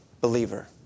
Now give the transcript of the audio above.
believer